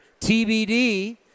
TBD